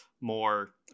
more